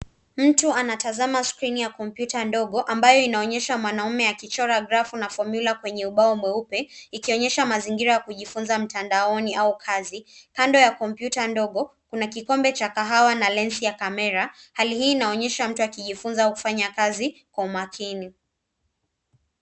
Mtu anatazama skrini ya kompyuta ndogo, ambayo inaonyesha mwanaume akichora grafu na fomyula kwenye ubao mweupe, ikionyesha mazingira ya kujifunza mtandaoni au kazi. Kando ya kompyuta ndogo, kuna kikombe cha kahawa na lensi ya kamera. Hali hiii inaonyesha mtu akijifunza kufanya kazi kwa umakini.